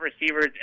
receivers